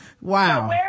Wow